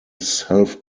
self